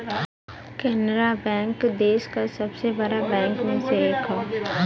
Canara bank देस का सबसे बड़ा बैंक में से हौ